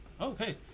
Okay